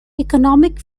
economic